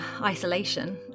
isolation